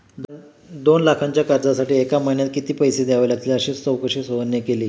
दोन लाखांच्या कर्जासाठी एका महिन्यात किती पैसे द्यावे लागतील अशी चौकशी सोहनने केली